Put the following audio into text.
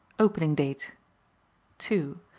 opening date two.